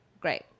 great